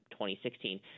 2016